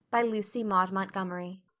by lucy maud montgomery